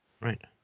Right